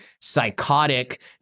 psychotic